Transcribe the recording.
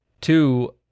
Two